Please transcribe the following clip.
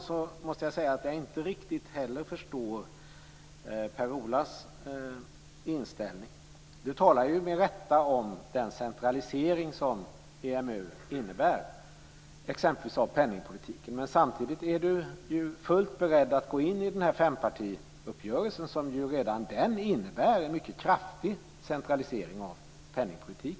Ändå måste jag säga att jag inte heller riktigt förstår Per-Ola Erikssons inställning. Han talar, med rätta, om den centralisering som EMU innebär, exempelvis av penningpolitiken, men samtidigt är han fullt beredd att gå in i fempartiuppgörelsen. Redan den innebär ju en mycket kraftig centralisering av penningpolitiken.